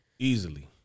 Easily